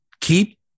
keep